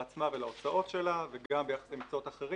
עצמה ולהוצאות שלה וגם ביחס למקצועות אחרים.